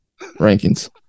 rankings